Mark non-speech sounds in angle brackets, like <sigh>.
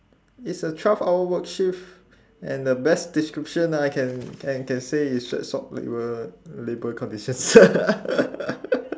it's a twelve hour work shift and the best description I can can can say it's sweatshop labour labour conditions <laughs>